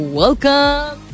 welcome